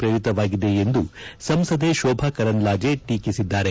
ಪ್ರೇರಿತವಾಗಿದೆ ಎಂದು ಸಂಸದೆ ಶೋಭಾ ಕರಂದ್ಲಾಜೆ ಟೀಕಿಸಿದ್ದಾರೆ